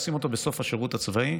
עושים בסוף השירות הצבאי.